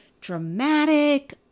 dramatic